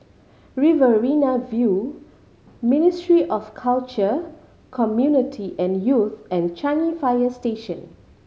Riverina View Ministry of Culture Community and Youth and Changi Fire Station